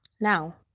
now